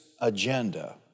agenda